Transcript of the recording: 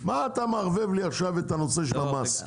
מה אתה מערבב לי עכשיו את הנושא של המס.